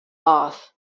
bath